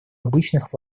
обычных